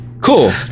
cool